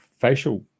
facial